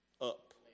up